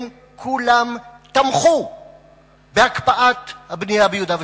הם כולם תמכו בהקפאת הבנייה ביהודה ושומרון.